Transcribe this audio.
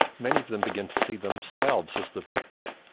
many of them begin to see themselves as the victim,